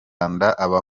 agaharanira